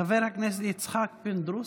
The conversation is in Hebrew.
חבר הכנסת יצחק פינדרוס,